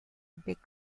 big